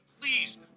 please